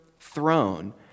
throne